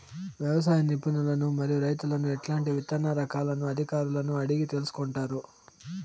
వ్యవసాయ నిపుణులను మరియు రైతులను ఎట్లాంటి విత్తన రకాలను అధికారులను అడిగి తెలుసుకొంటారు?